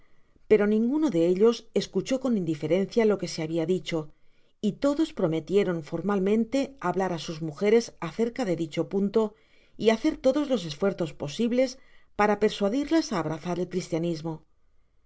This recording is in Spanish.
pero ninguno de ellos escuchó con indiferencia lo que se habia dicho y todos prometieron formalmente hablar á sus mujeres acerca de dicho punto y hacer lodos los esfuarzos posibles para persuadirlas á abrazar el cristianismo